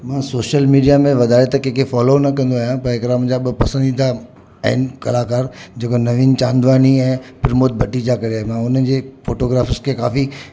मां social media में वधाए त कंहिंखें फॉलो न कंदो आहियां पर हिकिड़ा मुंहिंजा ॿ पसंदीदा आहिनि कलाकार जेका नवीन चांदवानी ऐं प्रमोद भटीजा करे आहे मां हुन जी फोटोग्राफ्स खे काफ़ी